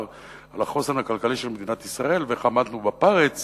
על החוסן הכלכלי של מדינת ישראל ואיך עמדנו בפרץ